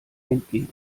entgegen